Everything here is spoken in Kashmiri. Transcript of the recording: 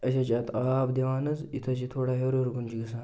أسۍ حظ چھِ اَتھ آب دِوان حظ یُتھ حظ چھُ تھوڑا ہیوٚر ہیوٚر کُن چھُ گژھان